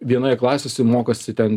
vienoje klasėse mokosi ten